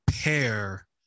pair